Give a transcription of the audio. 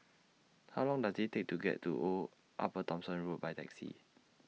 How Long Does IT Take to get to Old Upper Thomson Road By Taxi